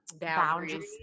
boundaries